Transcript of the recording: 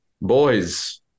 Boys